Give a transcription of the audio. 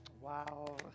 Wow